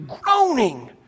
groaning